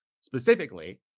specifically